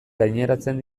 gaineratzen